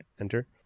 enter